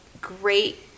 great